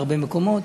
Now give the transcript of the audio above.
מהרבה מקומות,